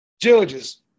Judges